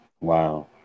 Wow